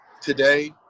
today